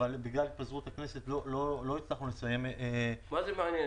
אבל בגלל התפזרות הכנסת לא הצלחנו לסיים --- מה זה מעניין,